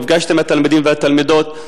נפגשתי עם התלמידים והתלמידות,